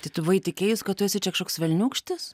tai tu buvai įtikėjus kad tu esi čia kažkoks velniūkštis